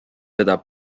seda